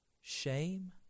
shame